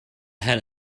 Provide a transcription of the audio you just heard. had